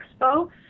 expo